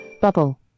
Bubble